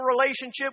relationship